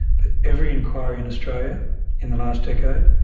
but every inquiry in australia in the last decade,